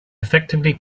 effectively